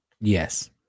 Yes